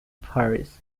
paris